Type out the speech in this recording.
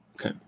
okay